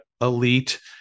elite